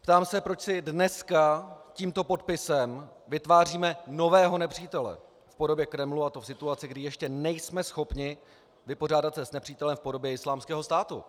Ptám se, proč si dneska tímto podpisem vytváříme nového nepřítele v podobě Kremlu, a to v situaci, kdy ještě nejsme schopni vypořádat se s nepřítelem v podobě Islámského státu.